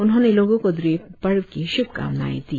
उन्होंने लोगों को ड्री पर्व की शुभकामनाएँ दी